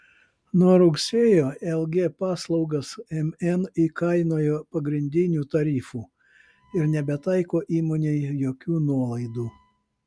nuo rugsėjo lg paslaugas mn įkainojo pagrindiniu tarifu ir nebetaiko įmonei jokių nuolaidų